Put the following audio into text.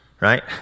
right